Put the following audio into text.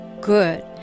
Good